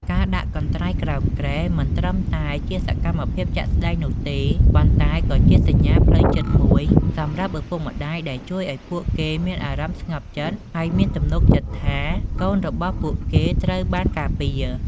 ការដាក់កន្ត្រៃក្រោមគ្រែមិនត្រឹមតែជាសកម្មភាពជាក់ស្តែងនោះទេ ប៉ុន្តែក៏ជាសញ្ញាផ្លូវចិត្តមួយសម្រាប់ឪពុកម្តាយដែលជួយឱ្យពួកគេមានអារម្មណ៍ស្ងប់ចិត្ត ហើយមានទំនុកចិត្តថា កូនរបស់ពួកគេត្រូវបានការពារ។